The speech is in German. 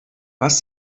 was